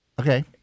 okay